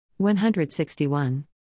161